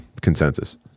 consensus